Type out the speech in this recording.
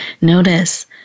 Notice